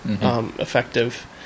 Effective